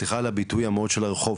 סליחה על הביטוי המאוד של הרחוב,